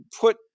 put